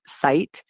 site